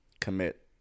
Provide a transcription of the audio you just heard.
commit